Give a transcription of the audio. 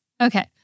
okay